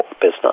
business